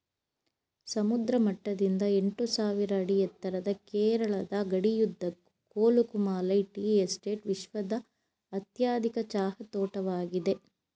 ಸಮುದ್ರ ಮಟ್ಟದಿಂದ ಎಂಟುಸಾವಿರ ಅಡಿ ಎತ್ತರದ ಕೇರಳದ ಗಡಿಯುದ್ದಕ್ಕೂ ಕೊಲುಕುಮಾಲೈ ಟೀ ಎಸ್ಟೇಟ್ ವಿಶ್ವದ ಅತ್ಯಧಿಕ ಚಹಾ ತೋಟವಾಗಿದೆ